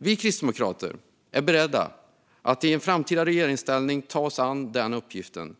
Vi kristdemokrater är beredda att i en framtida regeringsställning ta oss an uppgiften.